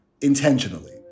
intentionally